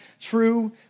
true